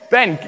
Ben